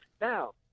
Now